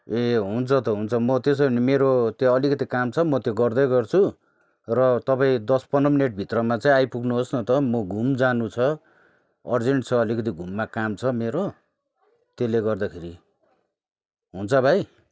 ए हुन्छ त हुन्छ म त्यसो भने मेरो त्यो अलिकति काम छ म त्यो गर्दै गर्छु र तपाईँ दस पन्ध्र मिनेटभित्रमा चाहिँ आइपुग्नु होस् न त मो घुम जानु छ अर्जेन्ट छ अलिकति घुममा काम छ मेरो त्यसले गर्दाखेरि हुन्छ भाइ